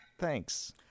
Thanks